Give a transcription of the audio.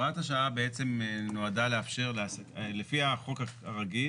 הוראת השעה בעצם נועדה לאפשר, לפי החוק הרגיל